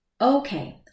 Okay